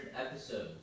episodes